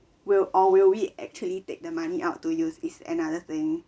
will or will we actually take the money out to use is another thing